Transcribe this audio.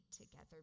together